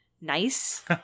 nice